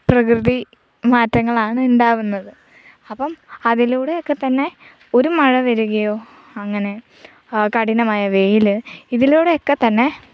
പ്രകൃതി മാറ്റങ്ങളാണ് ഉണ്ടാകുന്നത് അപ്പം അതിലൂടെയൊക്കെ തന്നെ ഒരു മഴ വരികയോ അങ്ങനെ കഠിനമായ വെയിൽ ഇതിലൂടെയൊക്കെ തന്നെ